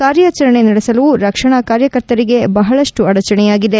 ಕಾರ್ಯಾಚರಣೆ ನಡೆಸಲು ರಕ್ಷಣಾ ಕಾರ್ಯಕರ್ತರಿಗೆ ಬಹಳಷ್ಟು ಅಡಚಣೆಯಾಗಿದೆ